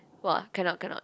!wah! cannot cannot